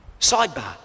sidebar